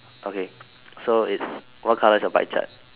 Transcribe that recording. okay so it's what colour is your pie chart